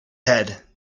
head